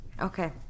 okay